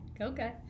okay